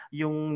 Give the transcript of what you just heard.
yung